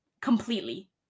Completely